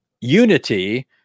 unity